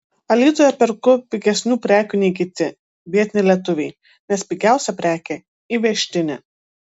alytuje perku pigesnių prekių nei kiti biedni lietuviai nes pigiausia prekė įvežtinė